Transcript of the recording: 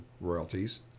royalties